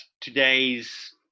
today's